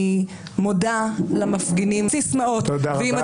תודה רבה